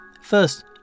First